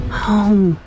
home